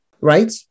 right